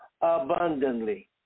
abundantly